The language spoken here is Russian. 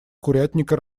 курятника